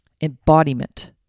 Embodiment